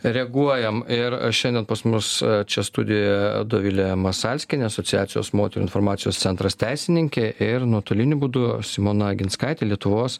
reaguojam ir aš šiandien pas mus čia studijoje dovilė masalskienė asociacijos moterų informacijos centras teisininkė ir nuotoliniu būdu simona aginskaitė lietuvos